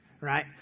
right